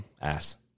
ass